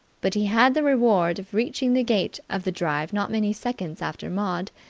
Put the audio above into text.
but he had the reward of reaching the gates of the drive not many seconds after maud,